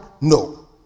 No